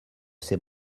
ses